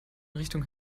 richtung